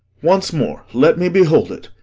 once more let me behold it.